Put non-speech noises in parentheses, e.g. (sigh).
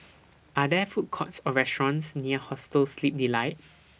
(noise) Are There Food Courts Or restaurants near Hostel Sleep Delight